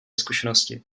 zkušenosti